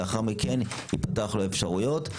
לאחר מכן ייפתחו לו אפשרויות.